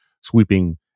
sweeping